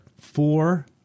four